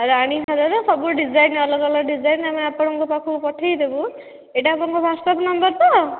ରାଣୀ ହାରର ସବୁ ଡିଜାଇନ ଅଲଗା ଅଲଗା ଡିଜାଇନ ଆମେ ଆପଣଙ୍କ ପାଖକୁ ପଠାଇଦେବୁ ଏହିଟା ଆପଣଙ୍କ ୱାଟସ୍ଆପ ନମ୍ବର ତ